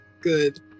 Good